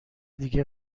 دیگه